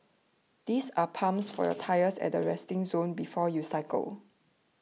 these are pumps for your tyres at the resting zone before you cycle